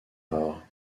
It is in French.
rare